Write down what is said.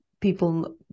people